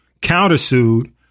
countersued